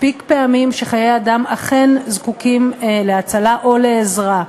מספיק פעמים שחיי אדם אכן זקוקים להצלה או לעזרה.